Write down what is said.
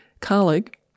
colleague